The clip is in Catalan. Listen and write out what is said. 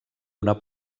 una